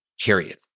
period